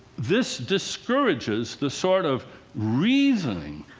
this discourages the sort of reasoning